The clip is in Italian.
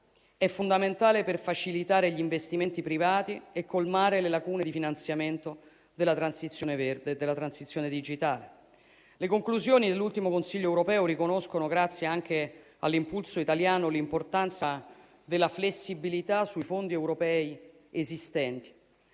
è fondamentale per facilitare gli investimenti privati e colmare le lacune di finanziamento della transizione verde e della transizione digitale. Le conclusioni dell'ultimo Consiglio europeo riconoscono, grazie anche all'impulso italiano, l'importanza della flessibilità sui fondi europei esistenti.